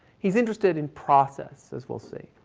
he's interested in process as we'll see.